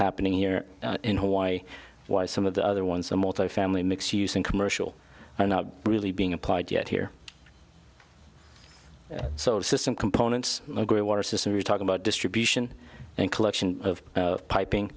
happening here in hawaii why some of the other ones are multifamily mix using commercial are not really being applied yet here so the system components a great water system you're talking about distribution and collection of piping